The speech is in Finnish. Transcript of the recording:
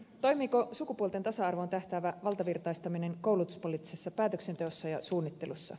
toimiiko sukupuolten tasa arvoon tähtäävä valtavirtaistaminen koulutuspoliittisessa päätöksenteossa ja suunnittelussa